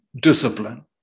discipline